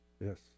Yes